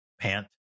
pant